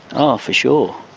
oh for sure,